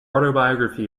autobiography